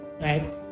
right